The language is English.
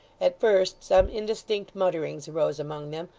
at first some indistinct mutterings arose among them,